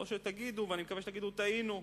או שתגידו, ואני מקווה שתגידו: טעינו.